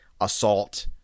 assault